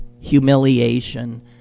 humiliation